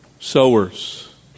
sowers